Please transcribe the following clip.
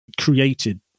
created